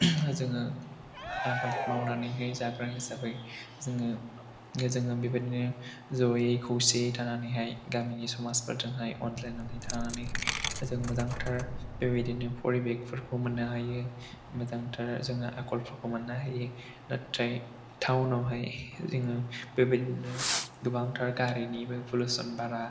जोङो आबाद मावनानैहाय जाग्रा हिसाबै जोङो बेबायदिनो ज'यै खौसे थानानैहाय गामिनि समाजफोरजोंहाय अनज्लायनानै थानानै जों मोजांथार बेबायदिनो परिबेखफोरखौ मोननो हायो मोजांथार जोङो आखलफोरखौ मोननो हायो नाथाय टाउन आवहाय जोङो बेबायदिनो गोबांथार गारिनिबो पलिउस'न बारा